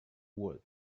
wood